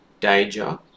danger